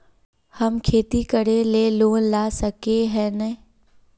हम खेती करे ले लोन ला सके है नय?